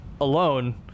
alone